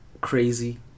Crazy